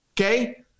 Okay